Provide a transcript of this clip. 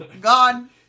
gone